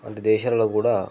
వంటి దేశాలలో కుడా